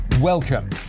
Welcome